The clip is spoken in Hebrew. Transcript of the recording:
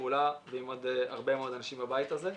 פעולה עם עוד הרבה מאוד אנשים בבית הזה.